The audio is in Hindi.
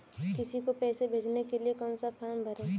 किसी को पैसे भेजने के लिए कौन सा फॉर्म भरें?